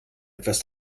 etwas